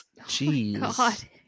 Jeez